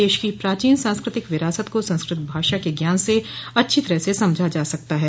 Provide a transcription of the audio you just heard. देश की प्राचीन सांस्कृतिक विरासत को संस्कृत भाषा के ज्ञान से अच्छी तरह समझा जा सकता है